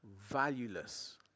valueless